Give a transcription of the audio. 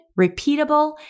repeatable